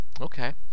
Okay